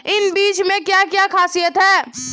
इन बीज में क्या क्या ख़ासियत है?